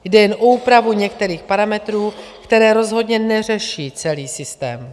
Jde jen o úpravu některých parametrů, které rozhodně neřeší celý systém.